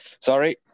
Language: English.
Sorry